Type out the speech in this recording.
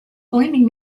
blaming